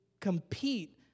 compete